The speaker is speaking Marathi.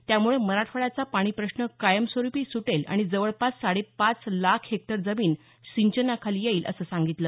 त्यामुळं मराठवाड्याचा पाणी प्रश्न कायमस्वरुपी सुटेल आणि जवळपास साडेपाच लाख हेक्टर जमीन सिंचनाखाली येईल असं सांगितलं